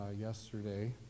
yesterday